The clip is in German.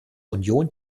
union